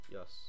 Yes